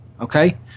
Okay